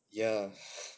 ya